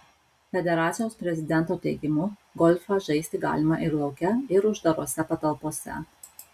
federacijos prezidento teigimu golfą žaisti galima ir lauke ir uždarose patalpose